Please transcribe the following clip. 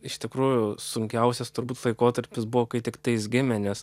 iš tikrųjų sunkiausias turbūt laikotarpis buvo kai tiktai jis gimė nes